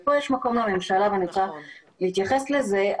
פה יש מקום לממשלה, ואני יכולה להתייחס לזה.